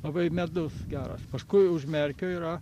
labai medus geras paskui už merkio yra